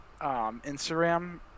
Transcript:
Instagram